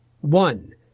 One